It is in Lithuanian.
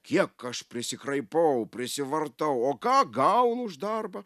kiek aš prisikraipau prisivartau o ką gaunu už darbą